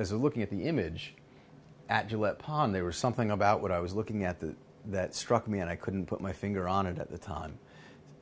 was looking at the image at gillette pond they were something about what i was looking at the that struck me and i couldn't put my finger on it at the time